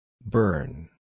Burn